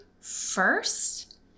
first